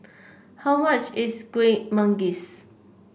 how much is Kueh Manggis